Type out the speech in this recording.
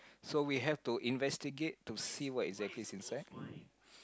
so we have to investigate to see what exactly is inside